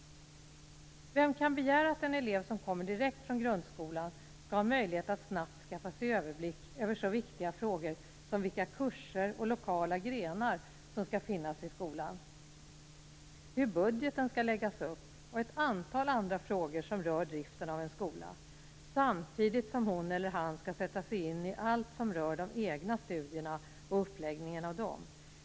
Vem kan begära att en elev som kommer direkt från grundskolan skall ha möjlighet att snabbt skaffa sig överblick över så viktiga frågor som vilka kurser och lokala grenar som skall finnas i skolan, hur budgeten skall läggas upp och ett antal andra frågor som rör driften av en skola samtidigt som hon eller han skall sätta sig in i allt som rör de egna studierna och uppläggningen av dem?